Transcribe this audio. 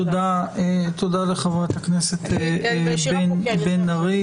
תודה לחברת הכנסת בן ארי.